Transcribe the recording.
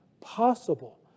possible